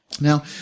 now